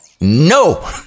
No